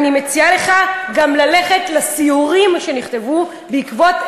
אני מציעה לך גם ללכת לסיורים שנכתבו בעקבות,